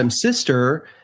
sister